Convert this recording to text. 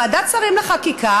לוועדת שרים לחקיקה,